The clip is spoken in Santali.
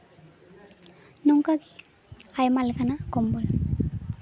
ᱱᱚᱝᱠᱟ ᱜᱮ ᱟᱭᱢᱟ ᱞᱮᱠᱟᱱᱟᱜ ᱠᱚᱢᱵᱚᱞ